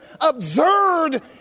absurd